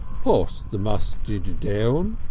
pass the mustid down.